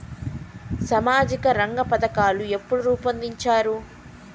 సామాజిక రంగ పథకాలు ఎప్పుడు రూపొందించారు?